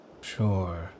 Sure